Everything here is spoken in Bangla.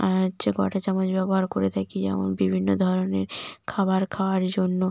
আর যেকটা চামচ ব্যবহার করে থাকি যেমন বিভিন্ন ধরনের খাবার খাওয়ার জন্য